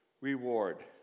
reward